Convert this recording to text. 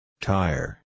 Tire